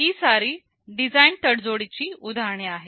ही सारी डिझाईन तडजोडीची उदाहरणे आहेत